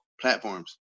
platforms